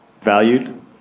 Valued